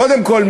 קודם כול,